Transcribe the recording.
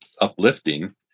uplifting